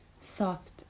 Soft